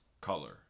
color